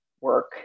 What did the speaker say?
work